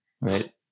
Right